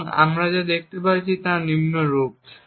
এবং আমরা যা দেখতে পাচ্ছি তা নিম্নরূপ